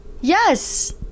yes